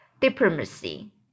diplomacy